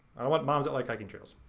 i don't want moms that like hiking trails.